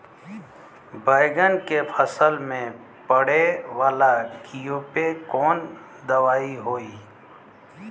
बैगन के फल में पड़े वाला कियेपे कवन दवाई होई?